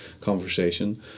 conversation